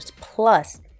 plus